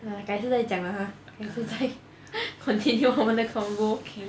!aiya! 改天再讲 lah !huh! 改次再 continue 我们的 convo okay